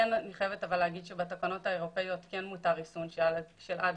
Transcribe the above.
אפשר לראות שאם מסתכלים על משקל לשגר,